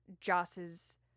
Joss's